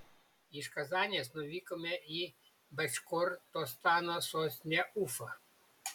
iš kazanės nuvykome į baškortostano sostinę ufą